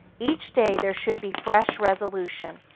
each day there should be fresh resolution,